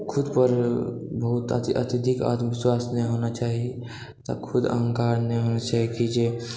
खुद पर बहुत अत्यधिक आत्मविश्वास नहि होना चाही तऽ खुद अहंकार नहि होना चाही कि जे